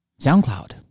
SoundCloud